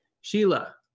Sheila